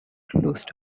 closed